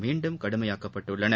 மீண்டும் கடுமையாக்கப் பட்டுள்ளன